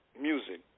music